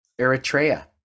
Eritrea